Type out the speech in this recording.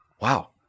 wow